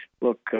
Look